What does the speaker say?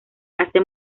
hace